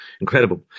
incredible